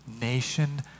nation